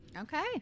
Okay